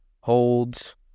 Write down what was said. holds